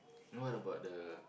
what about the